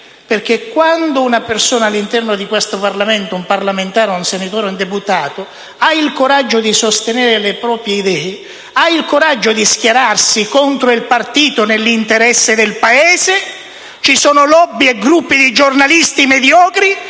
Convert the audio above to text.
perché quando una persona all'interno di questo Parlamento, un senatore o un deputato, ha il coraggio di sostenere le proprie idee, ha il coraggio di schierarsi contro il partito nell'interesse del Paese, ci sono *lobby* e gruppi di giornalisti mediocri